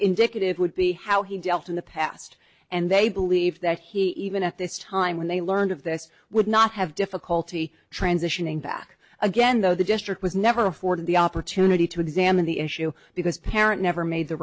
indicative would be how he dealt in the past and they believe that he even at this time when they learned of this would not have difficulty transitioning back again though the district was never afforded the opportunity to examine the issue because parent never made the